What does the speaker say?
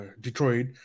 Detroit